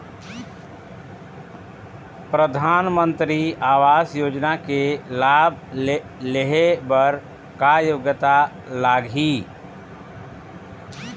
परधानमंतरी आवास योजना के लाभ ले हे बर का योग्यता लाग ही?